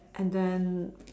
and then